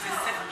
מה פתאום,